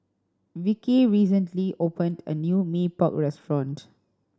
Vicky recently opened a new Mee Pok restaurant